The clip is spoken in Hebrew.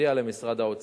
תודיע למשרד האוצר,